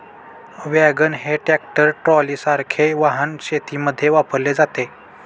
wagon हे tractor ट्रॉलीसारखे वाहन शेतीमध्ये वापरले जाते